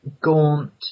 gaunt